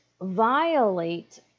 violate